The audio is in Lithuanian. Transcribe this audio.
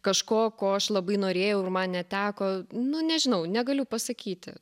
kažko ko aš labai norėjau ir man neteko nu nežinau negaliu pasakyti